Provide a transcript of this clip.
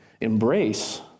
Embrace